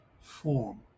form